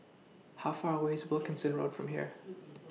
How Far away IS Wilkinson Road from here